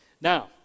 now